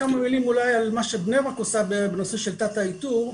כמה מילים אולי על מה שבני ברק עושה בנושא של תת האיתור.